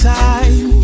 time